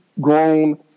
grown